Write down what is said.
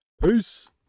Peace